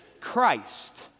Christ